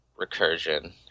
Recursion